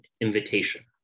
invitation